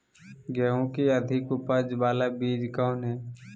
गेंहू की अधिक उपज बाला बीज कौन हैं?